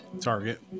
Target